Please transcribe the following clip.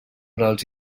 dels